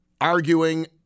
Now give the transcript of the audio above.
arguing